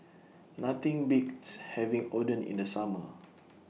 Nothing Beats having Oden in The Summer